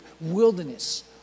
wilderness